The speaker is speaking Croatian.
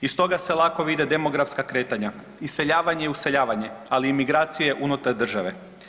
Iz toga se lako vide demografska kretanja, iseljavanje i useljavanje, ali i migracije unutar države.